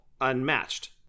Unmatched